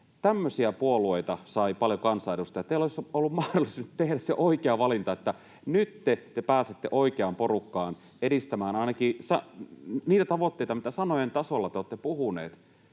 tämmöisiä puolueita — sai paljon kansanedustajia. Teillä olisi ollut mahdollisuus tehdä se oikea valinta, että nyt te pääsette oikeaan porukkaan edistämään ainakin niitä tavoitteita, mitä sanojen tasolla te olette puhuneet,